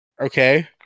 Okay